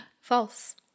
False